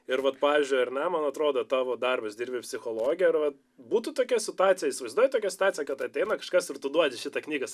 ir vat pavyzdžiui ar ne man atrodo tavo darbas dirbi psichologe ir vat būtų tokia situacija įsivaizduoji tokią situaciją kad ateina kažkas ir tu duodi šitą knygą